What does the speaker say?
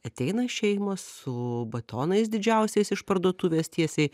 ateina šeimos su batonais didžiausiais iš parduotuvės tiesiai